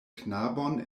knabon